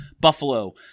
Buffalo